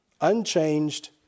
unchanged